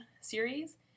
series